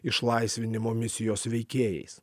išlaisvinimo misijos veikėjais